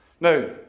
Now